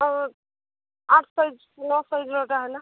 ଆଉ ଆଠ୍ ତାରିଖ୍ ନଅ ତାରିଖ ନଅଟା ହେଲା